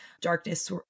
Darkness